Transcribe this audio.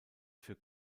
für